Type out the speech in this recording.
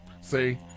see